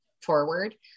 forward